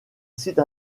site